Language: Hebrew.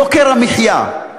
יוקר המחיה.